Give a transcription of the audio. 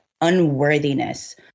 unworthiness